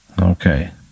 okay